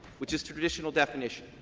which is traditional definition.